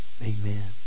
Amen